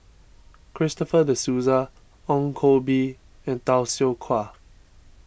Christopher De Souza Ong Koh Bee and Tay Seow Huah